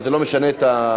אבל זה לא משנה את ההחלטה.